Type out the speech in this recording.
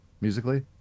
musically